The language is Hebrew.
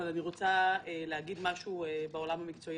אני רוצה להגיד משהו בעולם המקצועי